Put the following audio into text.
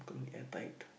airtight